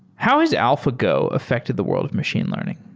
how has alphago affected the world of machine learning?